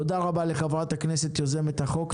תודה רבה לחברת הכנסת יוזמת החוק.